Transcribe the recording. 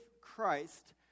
Christ